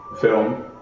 film